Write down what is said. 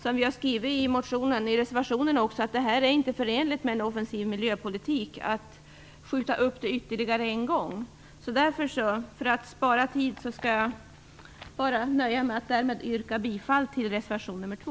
Som vi har skrivit i reservationen är det inte förenligt med en offensiv miljöpolitik att skjuta upp det här beslutet ytterligare en gång. För att spara tid nöjer jag mig med att härmed yrka bifall till reservation nr 2.